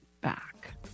back